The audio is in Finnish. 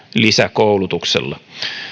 lisäkoulutuksella